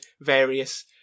various